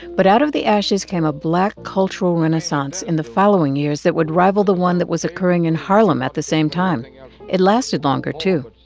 but out of the ashes came a black cultural renaissance in the following years that would rival the one that was occurring in harlem at the same time and yeah it lasted longer, too.